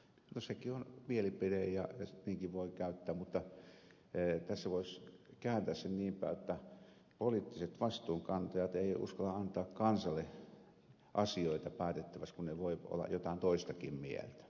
no sekin on mielipide ja niinkin voi sanoa mutta tässä voisi kääntää sen niinpäin jotta poliittiset vastuunkantajat eivät uskalla antaa kansalle asioita päätettäväksi kun ne voivat olla jotain toistakin mieltä